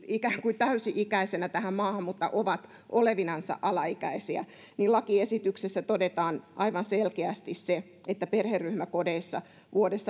ikään kuin täysi ikäisinä tähän maahan mutta ovat olevinansa alaikäisiä lakiesityksessä todetaan aivan selkeästi se että perheryhmäkodeissa